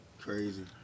Crazy